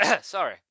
Sorry